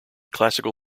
classical